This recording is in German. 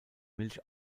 milch